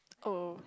oh